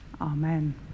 amen